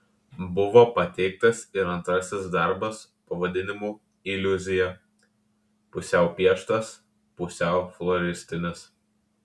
buvo pateiktas ir antrasis darbas pavadinimu iliuzija pusiau pieštas pusiau floristinis